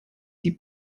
die